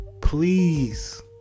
please